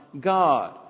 God